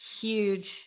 huge